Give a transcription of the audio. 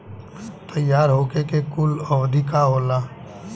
तैयार होखे के कूल अवधि का होला?